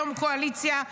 היום קואליציה,